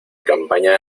campaña